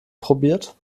probiert